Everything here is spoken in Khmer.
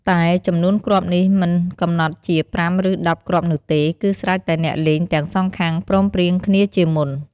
តែចំនួនគ្រាប់នេះមិនកំណត់ជា ៥ ឬ ១០ គ្រាប់នោះទេ គឺស្រេចតែអ្នកលេងទាំងសងខាងព្រមព្រៀងកំណត់គ្នាជាមុន។